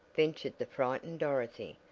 ventured the frightened dorothy,